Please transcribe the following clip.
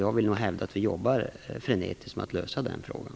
Jag hävdar nog att vi frenetiskt jobbar på en lösning i den frågan.